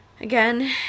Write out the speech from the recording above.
again